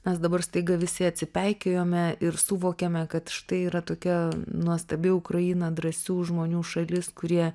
mes dabar staiga visi atsipeikėjome ir suvokėme kad štai yra tokia nuostabi ukraina drąsių žmonių šalis kurie